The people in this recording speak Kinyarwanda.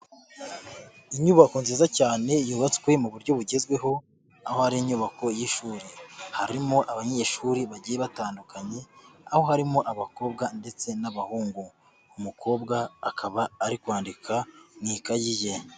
Inyubako nziza cyane yubatswe mu buryo bugezweho, aho ari inyubako y'ishuri. Harimo abanyeshuri bagiye batandukanye, aho harimo abakobwa ndetse n'abahungu. Umukobwa akaba ari kwandika mu ikayi ye.